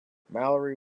mallory